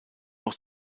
auch